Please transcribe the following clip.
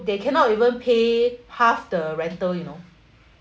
they cannot even pay half the rental you know